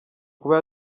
kuba